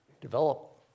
develop